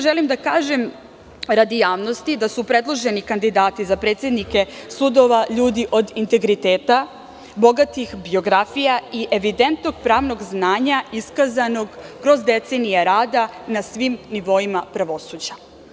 Želim da kažem radi javnosti da su predloženi kandidati za predsednike sudova ljudi od integriteta, bogatih biografija i evidentnog pravnog znanja iskazanog kroz decenije rada na svim nivoima pravosuđa.